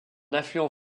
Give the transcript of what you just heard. affluent